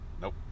Nope